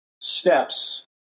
steps